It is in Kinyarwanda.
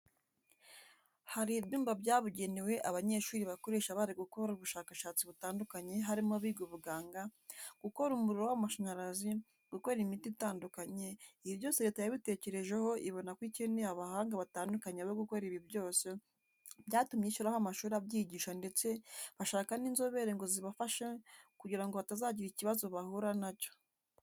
Hari ibyumba byabugenewe abanyeshuri bakoresha bari gukora ubushakashatsi butandukanye harimo abiga ubuganga, gukora umuriro w'amashanyarazi, gukora imiti itandukanye, ibi byose leta yabitekerejeho ibona ko ikeneye abahanga batandukanye bo gukora ibi byose, byatumye ishyiraho amashuri abyigisha ndetse bashaka n'inzobere ngo zibibafashemo kugira ngo hatazagira ikibazo bahura na cyo.